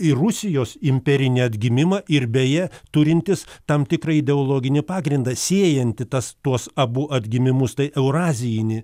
į rusijos imperinį atgimimą ir beje turintis tam tikrą ideologinį pagrindą siejantį tas tuos abu atgimimus tai eurazijinį